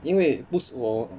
因为不是我